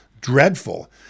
dreadful